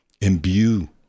imbue